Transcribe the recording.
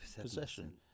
possession